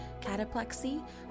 cataplexy